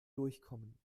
durchkommen